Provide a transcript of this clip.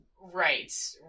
Right